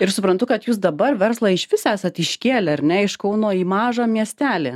ir suprantu kad jūs dabar verslą išvis esat iškėlę ar ne iš kauno į mažą miestelį